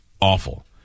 Awful